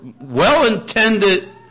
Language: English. well-intended